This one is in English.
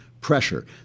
pressure